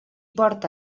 porta